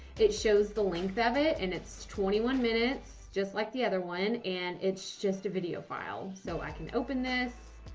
it shows the length of it. and it's twenty one minutes, just like the other one. and it's just a video file. so i can open this